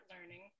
learning